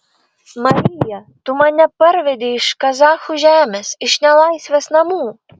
marija tu mane parvedei iš kazachų žemės iš nelaisvės namų